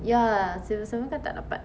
ya civil servant kan tak dapat